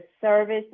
service